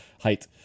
height